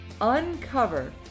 uncover